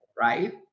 right